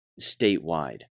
statewide